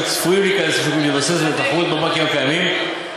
צפויים להיכנס לשוק להתבסס ולהתחרות בבנקים הקיימים,